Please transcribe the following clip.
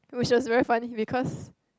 which was very funny because